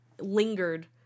lingered